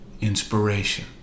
inspiration